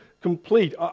complete